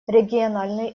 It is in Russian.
региональные